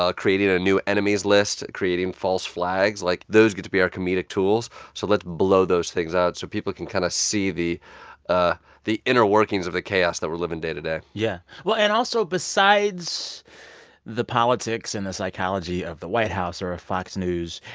creating a new enemies list, creating false flags. like, those are going to be our comedic tools, so let's blow those things out so people can kind of see the ah the inner workings of the chaos that we're living day to day yeah. well, and also, besides the politics and the psychology of the white house or of fox news,